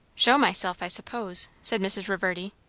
show myself, i suppose, said mrs. reverdy.